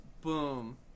boom